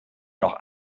noch